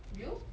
you